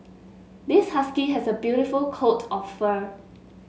this husky has a beautiful coat of fur